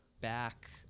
back